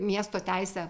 miesto teisę